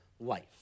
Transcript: Life